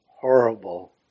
horrible